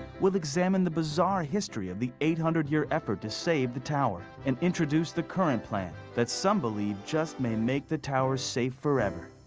we'll examine the bizarre history of the eight hundred year effort to save the tower and introduce the current plan that some believe just may make the tower safe forever,